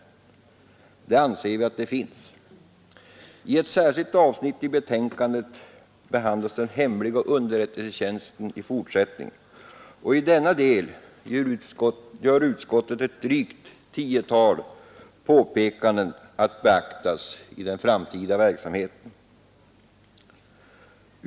Det anser vi. I ett särskilt avsnitt i betänkandet behandlas den hemliga underrättelsetjänsten i fortsättningen, och i denna del gör utskottet ett drygt 10-tal påpekanden att beaktas i den framtida verksamheten.